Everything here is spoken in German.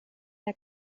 der